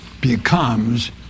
becomes